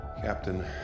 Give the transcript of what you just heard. Captain